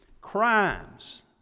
crimes